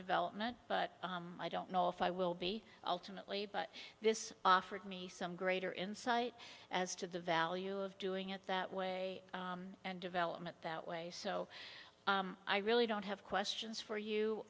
development but i don't know if i will be ultimately but this offered me some greater insight as to the value of doing it that way and development that way so i really don't have questions for